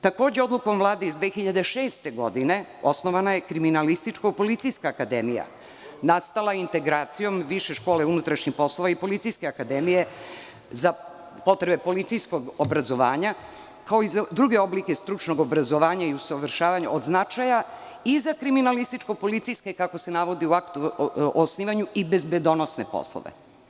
Takođe, odlukom Vlade iz 2006. godine osnovana je Kriminalističko-policijska akademija, nastala integracijom Više škole unutrašnjih poslova i Policijske akademije za potrebe policijskog obrazovanja, kao i za druge oblike stručnog obrazovanja i usavršavanja od značaja i za kriminalističko-policijske, kako se navodi u aktu o osnivanju, i bezbednosne poslove.